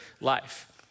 life